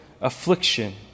affliction